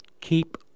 Keep